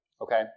okay